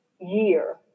year